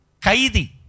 Kaidi